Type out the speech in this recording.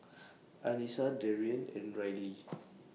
Anissa Darrien and Rylie